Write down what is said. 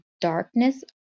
darkness